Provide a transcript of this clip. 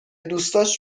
دوستاش